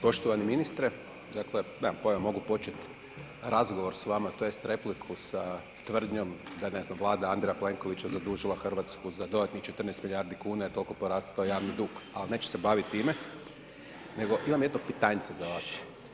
Poštovani ministre, dakle mogu počet razgovor s vama tj. repliku sa tvrdnjom da je ne znam Vlada Andreja Plenkovića zadužila Hrvatsku za dodatnih 14 milijardi kuna jer je toliko porasto javni dug, ali neću se baviti time nego imam jedno pitanjce za vas.